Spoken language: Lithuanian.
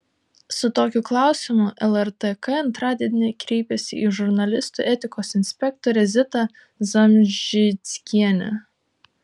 su tokiu klausimu lrtk antradienį kreipėsi į žurnalistų etikos inspektorę zitą zamžickienę